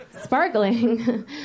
sparkling